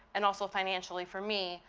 and also financially, for me,